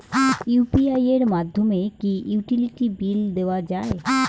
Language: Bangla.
ইউ.পি.আই এর মাধ্যমে কি ইউটিলিটি বিল দেওয়া যায়?